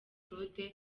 claude